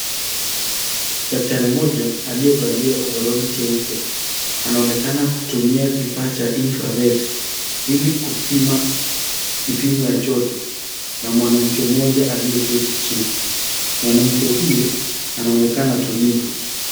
Daktari mmoja, aliyevalia ovaroli jeupe anaonekana kutumia kifaa cha infrared ili kupima kipimo ya joto, ya mwanamke mmoja aliyeketi chini, mwanamke huyo anaonekana tulivu.